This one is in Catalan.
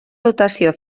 dotació